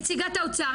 נציגת האוצר,